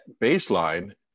baseline